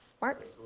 Mark